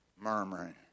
Murmuring